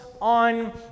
on